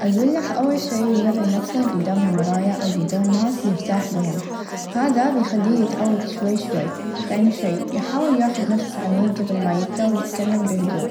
أقله أول شئ مرن نفسك قدام المرايا او قدام ناس يرتاح لهم هذا بيخليه يتعود شوي شوي ثاني شئ يحاول ياخذ نفس عميق قبل ما يبدأ و يتكلم بهدوء